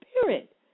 Spirit